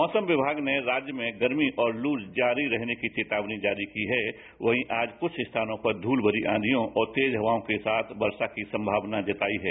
मौसम विमाग ने राज्य में गर्मी और लू जारी रहने की चेतावनी जारी है वहीं आज कुछ स्थानों पर धूल भरी आधियां और तेज हवाओं के साथ वर्षा की संगवना जताई है